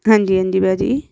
ਹਾਂਜੀ ਹਾਂਜੀ ਭਾਅ ਜੀ